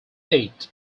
eight